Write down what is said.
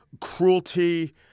cruelty